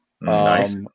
Nice